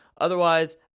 Otherwise